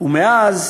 ומאז